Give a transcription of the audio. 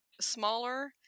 smaller